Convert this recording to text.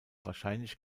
wahrscheinlich